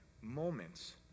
moments